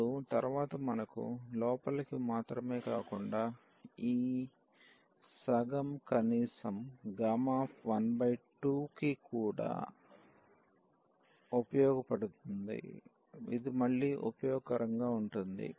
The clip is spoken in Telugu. ఇప్పుడు తరువాత మనకు లోపలికి మాత్రమే కాకుండా ఈ సగం కనీసం 12 కి కూడా ఉపయోగపడుతుంది ఇది మళ్ళీ ఉపయోగకరంగా ఉంటుంది